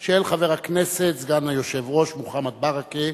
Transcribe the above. של חבר הכנסת, סגן היושב-ראש, מוחמד ברכה,